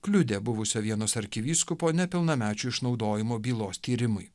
kliudė buvusio vienos arkivyskupo nepilnamečių išnaudojimo bylos tyrimui